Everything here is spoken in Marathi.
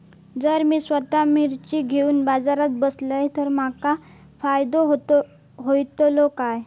जर मी स्वतः मिर्ची घेवून बाजारात बसलय तर माका फायदो होयत काय?